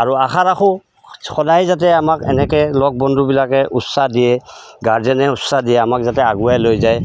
আৰু আশা ৰাখোঁ সদায় যাতে আমাক এনেকৈ লগ বন্ধুবিলাকে উৎসাহ দিয়ে গাৰ্জেনে উৎসাহ দিয়ে আমাক যাতে আগুৱাই লৈ যায়